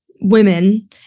Women